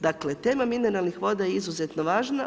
Dakle, tema mineralnih voda je izuzetno važna.